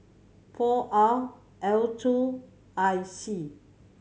four R L two I C